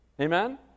Amen